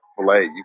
Filet